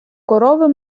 корови